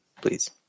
Please